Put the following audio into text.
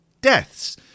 deaths